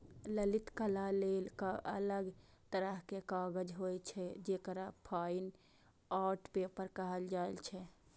ललित कला लेल अलग तरहक कागज होइ छै, जेकरा फाइन आर्ट पेपर कहल जाइ छै